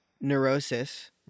neurosis